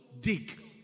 dig